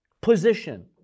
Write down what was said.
position